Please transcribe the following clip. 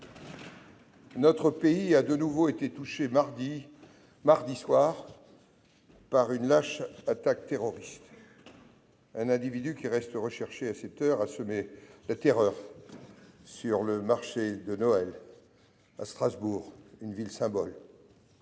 notre pays a de nouveau été touché mardi soir par une lâche attaque terroriste. Un individu, qui reste recherché à cette heure, a semé la terreur sur le marché de Noël de Strasbourg, une ville symbole.